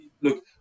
look